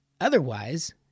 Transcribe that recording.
Otherwise